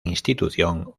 institución